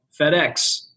FedEx